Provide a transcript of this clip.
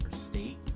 state